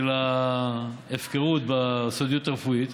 של ההפקרות בסודיות הרפואית.